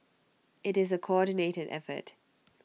IT is A coordinated effort